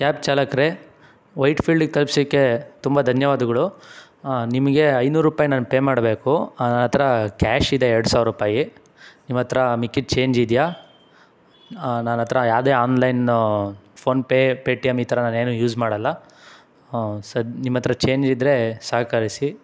cab ಚಾಲಕರೇ ವೈಟ್ಫೀಲ್ಡಿಗೆ ತಲ್ಪ್ಸಿದ್ಕೆ ತುಂಬ ಧನ್ಯವಾದಗಳು ನಿಮಗೆ ಐನೂರು ರೂಪಾಯಿ ನಾನು ಪೇ ಮಾಡಬೇಕು ನನ್ನ ಹತ್ರ ಕ್ಯಾಶ್ ಇದೆ ಎರಡು ಸಾವಿರ ರೂಪಾಯಿ ನಿಮ್ಮ ಹತ್ರ ಮಿಕ್ಕಿದ ಚೇಂಜ್ ಇದೆಯಾ ನನ್ನ ಹತ್ರ ಯಾವುದೇ ಆನ್ಲೈನ್ ಫೋನ್ಪೇ ಪೇಟಿಎಂ ಈ ಥರ ನಾನು ಏನೂ ಯೂಸ್ ಮಾಡೋಲ್ಲ ಸರ್ ನಿಮ್ಮ ಹತ್ರ ಚೇಂಜ್ ಇದ್ದರೆ ಸಹಕರಿಸಿ